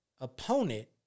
opponent